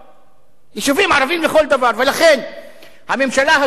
ולכן הממשלה הזאת, אדוני השר,